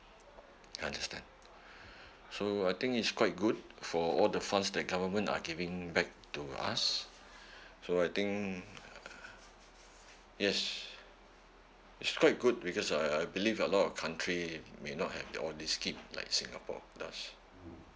I understand so I think is quite good for all the funds that government are giving back to us so I think yes it's quite good because I I believe a lot of country may not have all these schemes like singapore does